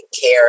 care